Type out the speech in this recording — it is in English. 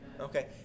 Okay